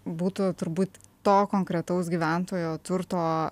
būtų turbūt to konkretaus gyventojo turto